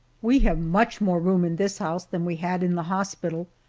we have much more room in this house than we had in the hospital,